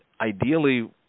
ideally